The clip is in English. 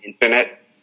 internet